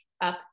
up